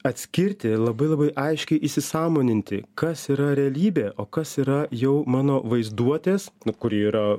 atskirti labai labai aiškiai įsisąmoninti kas yra realybė o kas yra jau mano vaizduotės kuri yra